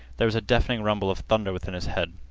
there was a deafening rumble of thunder within his head.